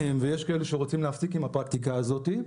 ויש כאלו שרוצים להפסיק עם הפרקטיקה הזאת,